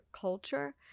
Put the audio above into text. culture